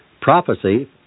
Prophecy